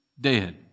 dead